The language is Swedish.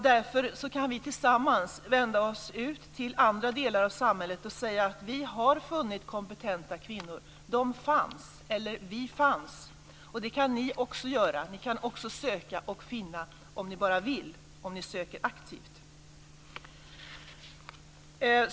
Därför kan vi tillsammans vända oss ut till andra delar av samhället och säga att vi har funnit kompetenta kvinnor - de fanns, eller vi fanns - och det kan ni också göra om ni bara vill och söker aktivt.